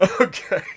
Okay